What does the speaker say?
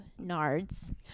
Nards